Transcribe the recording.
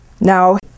Now